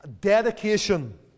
dedication